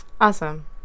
awesome